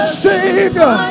savior